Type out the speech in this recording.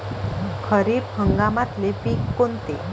खरीप हंगामातले पिकं कोनते?